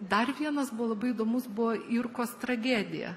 dar vienas buvo labai įdomus buvo irkos tragedija